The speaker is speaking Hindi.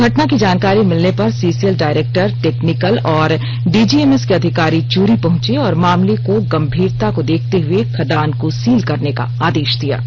घटना की जानकारी मिलने पर सीसीएल डाइरेक्टर टेक्निकल और डीजीएमएस के अधिकारी चुरी पहुँचे और मामले को गंभीरता को देखते हुए खदान को सील करने का आदेश दिया गया है